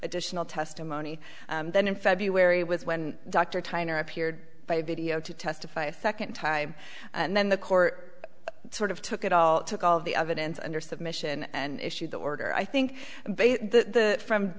additional testimony then in february was when dr tyner appeared by video to testify a second time and then the court sort of took it all took all the evidence under submission and issued the order i think the from